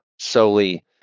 solely